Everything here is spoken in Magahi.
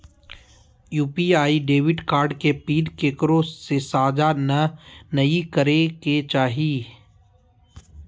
यू.पी.आई डेबिट कार्ड के पिन केकरो से साझा नइ करे के चाही